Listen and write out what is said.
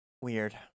Weird